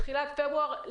בתחילת פברואר,